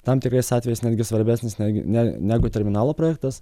tam tikrais atvejais netgi svarbesnis netgi ne negu terminalo projektas